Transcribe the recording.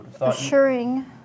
Assuring